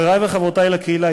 חברי וחברותי לקהילה,